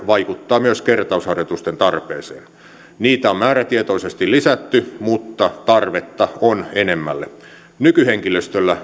vaikuttaa myös kertausharjoitusten tarpeeseen niitä on määrätietoisesti lisätty mutta tarvetta on enemmälle nykyhenkilöstöllä